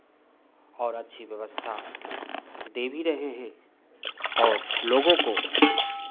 और अच्छी व्यवस्था दे भी रहे हैं और लोगों को